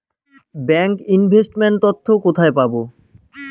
Bank investment তথ্য কোথায় পাব?